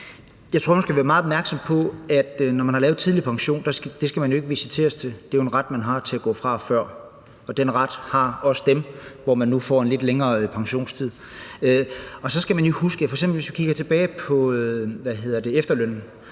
Jeg tror, man skal være meget opmærksom på, at vi har lavet det sådan, at man jo ikke skal visiteres til tidlig pension. Det er en ret, man har, til at gå fra før, og den ret har også dem, som nu får en lidt længere pensionstid. Og så skal man jo huske, at hvis vi f.eks. kigger tilbage på efterlønnen,